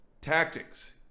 tactics